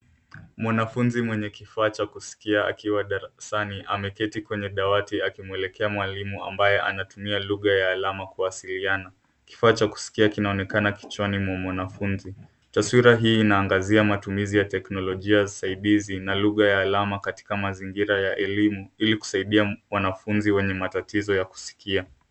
Mwanafunzi mwenye kifaa cha kusikia akiwa darasani ameketi kwenye dawati akimwelekea mwalimu ambaye anatumia lugha ya alama kuwasiliana. Kifaa cha kusikia kinaonekana kichwani mwa mwanafunzi. Taswira hii inaangazia matumizi ya teknolojia usaidizi, na lugha ya alama katika mazingira ya elimu, ili kusaidia wanafunzi wenye matatizo ya kusikia.